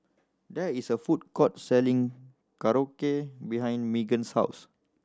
there is a food court selling Korokke behind Meagan's house